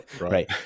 right